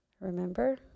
Remember